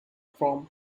from